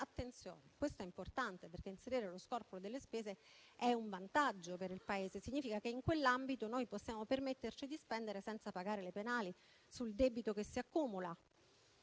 Attenzione, questo è importante, perché inserire lo scorporo delle spese è un vantaggio per il Paese: significa che in quell'ambito possiamo permetterci di spendere senza pagare le penali sul debito che si accumula.